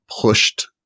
pushed